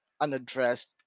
unaddressed